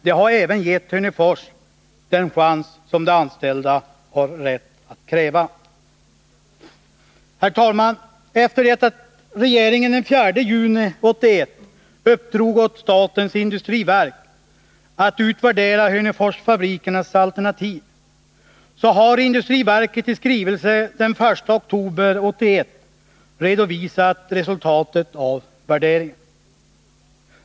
Det hade även gett Hörnefors den chans som de anställda har rätt att kräva. Herr talman! Efter det att regeringen den 4 juni 1981 uppdrog åt statens industriverk att utvärdera Hörneforsfabrikernas alternativ, har industriverket i skrivelse den 1 oktober 1981 redovisat resultatet av värderingen.